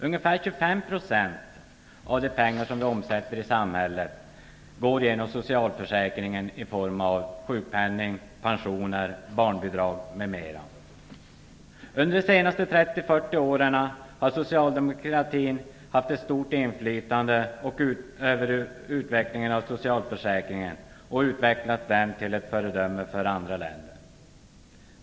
Ungefär 25 % av de pengar som vi omsätter i samhället går genom socialförsäkringen i form av sjukpenning, pensioner, barnbidrag, m.m. Under de senaste 30-40 åren har socialdemokratin haft ett stort inflytande över utvecklingen av socialförsäkringen och utformat den till ett föredöme för andra länder.